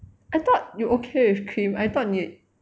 I thought you okay with cream I thought 你